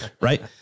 right